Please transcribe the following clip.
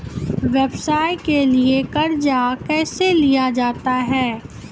व्यवसाय के लिए कर्जा कैसे लिया जाता हैं?